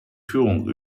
führung